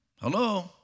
Hello